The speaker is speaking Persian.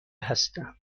هستم